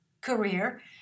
career